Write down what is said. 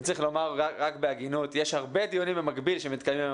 צריך לומר בהגינות שיש הרבה דיונים שמתקיימים היום